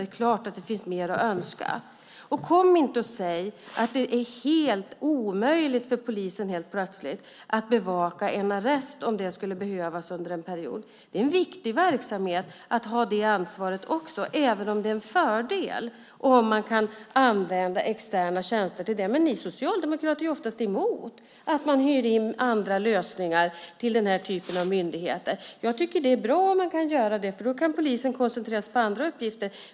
Det är klart att det finns mer att önska. Och kom inte och säg att det är helt omöjligt för polisen helt plötsligt att bevaka en arrest om det skulle behövas under en period! Det är en viktig verksamhet att ha det ansvaret också, även om det är en fördel om man kan använda externa tjänster till det. Men ni socialdemokrater är oftast emot att man hyr in andra lösningar till den här typen av myndigheter. Jag tycker att det är bra om man kan göra det, för då kan polisen koncentrera sig på andra uppgifter.